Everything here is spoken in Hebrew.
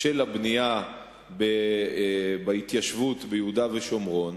של הבנייה בהתיישבות ביהודה ושומרון,